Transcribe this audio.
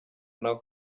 nawe